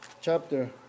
chapter